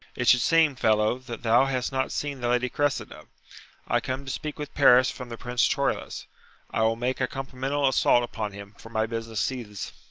it should seem, fellow, that thou hast not seen the lady cressida. i come to speak with paris from the prince troilus i will make a complimental assault upon him, for my business seethes.